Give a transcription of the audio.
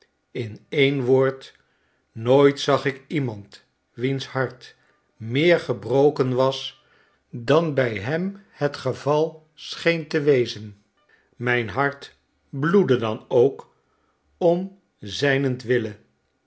in een woord nooit zag ik iemand wiens hart meer gebroken was dan bij hem het geval scheen te wezen mijn hart bloedde dan ook om